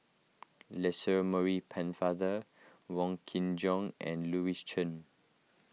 Lancelot Maurice Pennefather Wong Kin Jong and Louis Chen